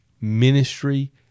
ministry